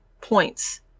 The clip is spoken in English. points